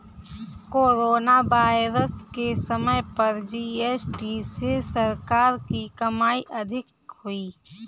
corona virus के समय पर जी.एस.टी से सरकार की कमाई अधिक हुई